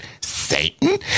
Satan